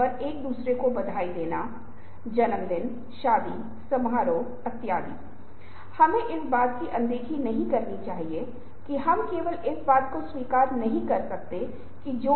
इसलिए ये फिर से ऐसे मुद्दे हैं जिनमें दिलचस्प समस्याग्रस्त रोमांचक और इस सत्र और अगले सत्र में हम इन चीजों के कुछ पहलुओं पर ध्यान केंद्रित करेंगे